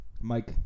Mike